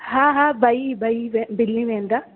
हा हा ॿई ॿई मिली वेंदा